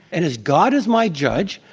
and as god is my judge,